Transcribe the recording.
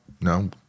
no